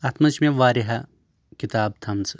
اَتھ منٛز چھِ مےٚ وارِہاہ کِتاب تھایہِ مژٕ